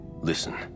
Listen